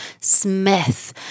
Smith